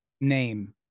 name